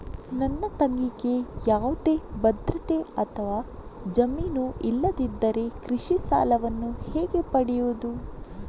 ನನ್ನ ತಂಗಿಗೆ ಯಾವುದೇ ಭದ್ರತೆ ಅಥವಾ ಜಾಮೀನು ಇಲ್ಲದಿದ್ದರೆ ಕೃಷಿ ಸಾಲವನ್ನು ಹೇಗೆ ಪಡೆಯುದು?